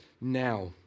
now